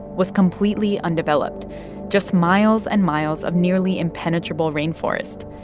was completely undeveloped just miles and miles of nearly impenetrable rainforest.